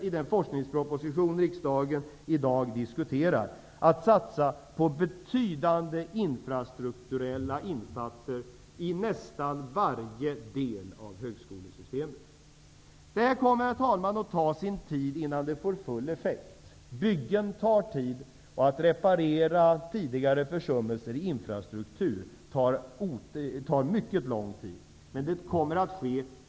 I den forskningsproposition som riksdagen i dag diskuterar fortsätter vi att satsa på betydande infrastrukturella insatser i nästan varje del av högskolesystemet. Herr talman! Det kommer att ta sin tid innan detta får full effekt. Byggen tar tid, och att reparera tidigare försummelser i infrastruktur tar mycket lång tid. Men det kommer att ske.